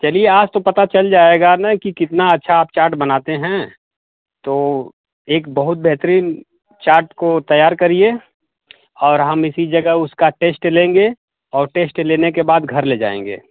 चलिए आज तो पता चल जाएगा ना की कितना अच्छा आप चाट बनाते हैं तो एक बहुत बेहतरीन चाट को तैयार करिए और हम इसी जगह उसका टेस्ट लेंगे और टेस्ट लेने के बाद घर ले जाएंगे